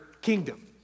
kingdom